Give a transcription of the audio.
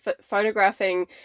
photographing